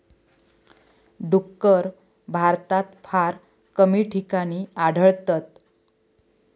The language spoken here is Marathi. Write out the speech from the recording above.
डुक्कर भारतात फार कमी ठिकाणी आढळतत